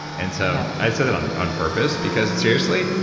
and so i said that on on purpose, because seriously,